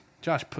Josh